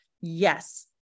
Yes